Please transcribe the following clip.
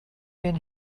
been